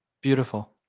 beautiful